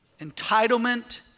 entitlement